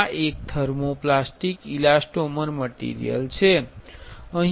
આ એક thermoplastic elastomer material છે